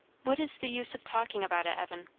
what is the use of talking about it, evan?